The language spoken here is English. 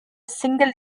single